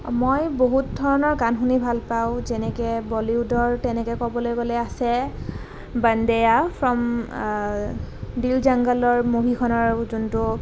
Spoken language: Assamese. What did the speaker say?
মই বহুত ধৰণৰ গান শুনি ভাল পাওঁ যেনেকৈ বলিউদৰ তেনেকৈ আছে বণ্ডেয়া ফ্ৰম ডিল জংঘলৰ মভি খনৰ যোনটো